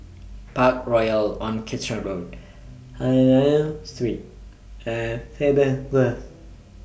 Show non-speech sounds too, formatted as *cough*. Parkroyal on Kitchener Road *unintelligible* Street and Faber Grove